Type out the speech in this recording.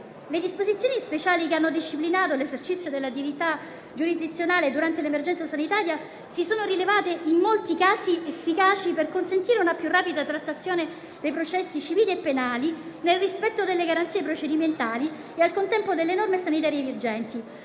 Le disposizioni speciali che hanno disciplinato l'esercizio dell'attività giurisdizionale durante l'emergenza sanitaria si sono rivelate in molti casi efficaci per consentire una più rapida trattazione dei processi civili e penali nel rispetto delle garanzie procedimentali e, al contempo, delle norme sanitarie vigenti.